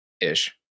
Ish